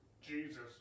Jesus